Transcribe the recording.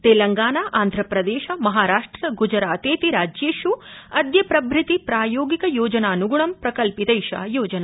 तेलंगाना आन्ध्रप्रदेश महाराष्ट्र ग्जरातेति राज्येष् अद्य प्रभृति प्रायोगिक योजनान्ग्णं प्रकल्पितैषा योजना